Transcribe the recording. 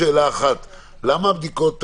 למה הבדיקות הללו,